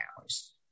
hours